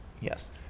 Yes